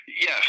Yes